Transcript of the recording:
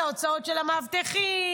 את ההוצאות של המאבטחים,